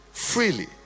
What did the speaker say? freely